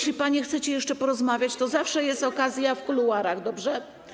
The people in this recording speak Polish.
Panie posłanki, jeśli chcecie jeszcze porozmawiać, to zawsze jest okazja w kuluarach, dobrze?